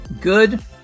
Good